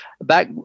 back